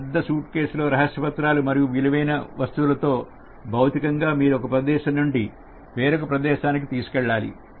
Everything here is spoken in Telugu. పెద్ద సూట్కేసులో రహస్య పత్రాలు మరియు విలువైన వస్తువులతో భౌతికంగా మీరు ఒక ప్రదేశం నుండి వేరొక ప్రదేశానికి తీసుకెళ్లాలి